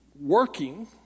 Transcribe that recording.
working